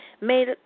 made